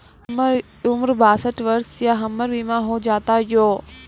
हमर उम्र बासठ वर्ष या हमर बीमा हो जाता यो?